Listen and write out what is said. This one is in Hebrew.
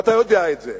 ואתה יודע את זה.